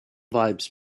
vibes